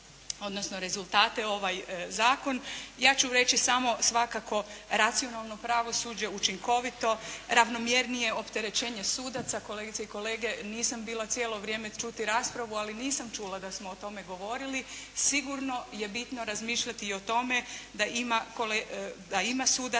odnosno rezultate ovaj zakon. Ja ću vam reći samo svakako racionalno pravosuđe, učinkovito, ravnomjernije opterećenje sudaca. Kolegice i kolege nisam bila cijelo vrijeme čuti raspravu, ali nisam čula da smo o tome govorili. Sigurno je bitno razmišljati i o tome da ima sudaca